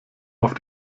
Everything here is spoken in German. auf